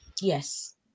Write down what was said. Yes